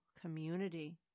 community